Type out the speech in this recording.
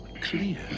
clear